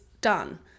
done